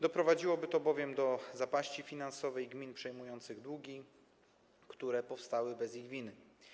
Doprowadziłoby to bowiem do zapaści finansowej gmin przejmujących długi, które powstały bez ich winy.